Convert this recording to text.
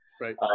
Right